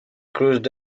cruised